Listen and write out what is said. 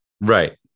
Right